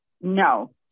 No